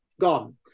gone